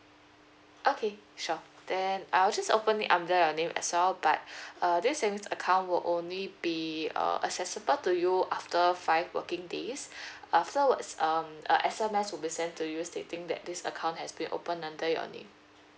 okay sure then I'll just open it under your name as well but uh this savings account will only be uh accessible to you after five working days afterwards um a S_M_S will be sent to you stating that this account has been opened under your name